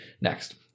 next